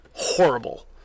horrible